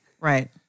Right